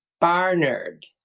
Barnard